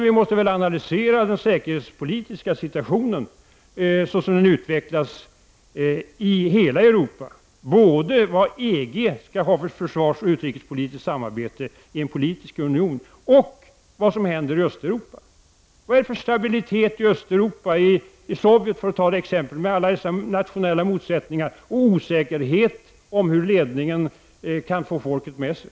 Vi måste i stället analysera den säkerhetspolitiska situationen såsom den utvecklats i hela Europa. Det gäller vad EG skall ha för försvarsoch utrikespolitiskt samarbete i en politisk union och vad som händer i Östeuropa. Vad är det för stabilitet i Östeuropa? Vi kan ta Sovjet som ett exempel med alla sina nationella motsättningar och osäkerheten om huruvida ledningen kan få folket med sig.